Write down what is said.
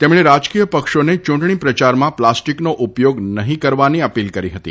તેમણે રાજકીય પક્ષાને યૂંટણીપ્રયારમાં પ્લાસ્ટીકન ઉપયામા નહીં કરવાની અપીલ કરી હતી